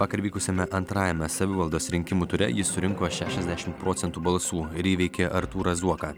vakar vykusiame antrajame savivaldos rinkimų ture jis surinko šešiasdešimt procentų balsų ir įveikė artūrą zuoką